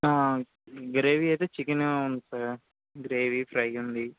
gravy అయితే chicken ఉంది sir gravy fry ఉంది